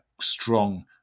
strong